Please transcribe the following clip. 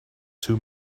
two